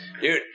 Dude